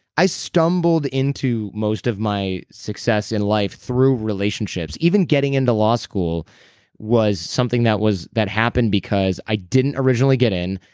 i stumbled into most of my success in life through relationships even getting into law school was something that was. that happened because i didn't originally get in.